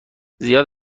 زیاد